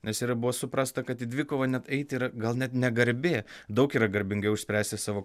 nes yra buvo suprasta kad į dvikovą net eiti yra gal net negarbė daug yra garbingiau išspręsti savo